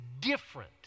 different